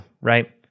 right